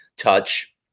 touch